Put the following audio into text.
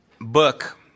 book